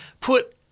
put